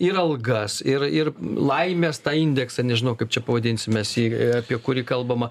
ir algas ir ir laimės tą indeksą nežinau kaip čia pavadinsim mes jį apie kurį kalbama